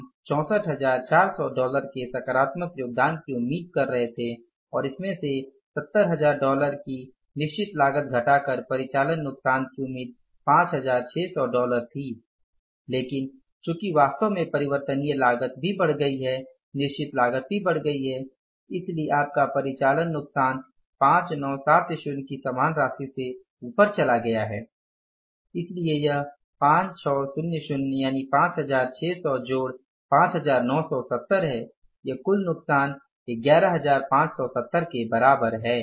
हम 64400 डॉलर के सकारात्मक योगदान की उम्मीद कर रहे थे और इसमें से 70000 डॉलर की निश्चित लागत घटाकर परिचालन नुकसान की उम्मीद 5600 डॉलर थी लेकिन चूँकि वास्तव में परिवर्तनीय लागत भी बढ़ गई है निश्चित लागत भी बढ़ गई है इसलिए आपका परिचालन नुकसान 5970 की समान राशि से ऊपर चला गया है इसलिए यह 5600 जोड़ 5970 है यह कुल नुकसान 11570 के बराबर है